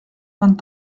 vingt